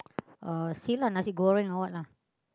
uh see lah nasi-goreng or what lah